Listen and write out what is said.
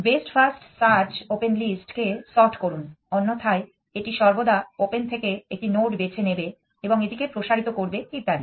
best first search open list কে sort করে অন্যথায় এটি সর্বদা ওপেন থেকে একটি নোড বেছে নেবে এবং এটিকে প্রসারিত করবে ইত্যাদি